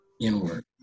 inward